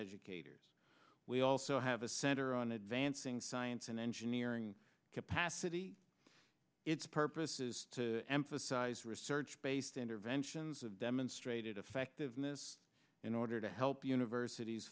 educators we also have a center on advancing science and engineering capacity its purpose is to emphasize research based interventions have demonstrated effectiveness in order to help universities